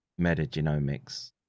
metagenomics